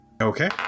Okay